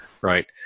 right